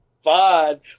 Fine